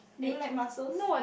do you like muscles